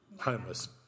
homeless